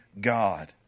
God